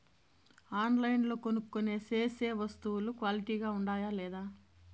ఆన్లైన్లో కొనుక్కొనే సేసే వస్తువులు క్వాలిటీ గా ఉండాయా లేదా?